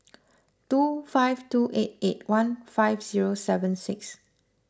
two five two eight eight one five zero seven six